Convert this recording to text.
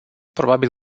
probabil